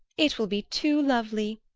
it will be too lovely!